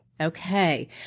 Okay